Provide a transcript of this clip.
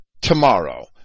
tomorrow